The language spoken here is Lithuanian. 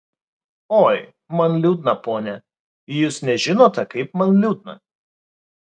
oi man liūdna pone jūs nežinote kaip man liūdna